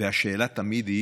והשאלה תמיד היא